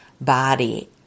body